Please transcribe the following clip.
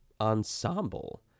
ensemble